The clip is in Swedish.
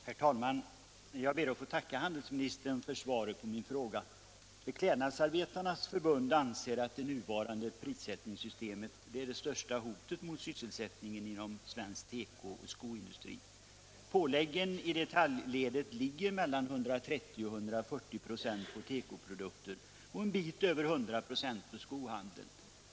Herr talman! Jag ber att få tacka handelsministern för svaret på min fråga. Beklädnadsarbetarnas förbund anser att det nuvarande prissättningssystemet är det största hotet mot sysselsättningen inom svensk tekooch skoindustri. Påläggen i detaljistledet ligger mellan 130 96 och 140 96 på tekoprodukter och något över 100 96 inom skohandeln.